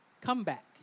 Comeback